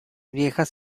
viejas